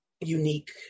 unique